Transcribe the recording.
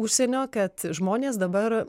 užsienio kad žmonės dabar